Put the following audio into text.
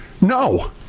No